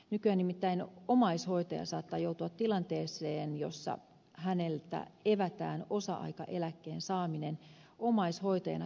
nykyään nimittäin omaishoitaja saattaa joutua tilanteeseen jossa häneltä evätään osa aikaeläkkeen saaminen omaishoitajana työskentelyn vuoksi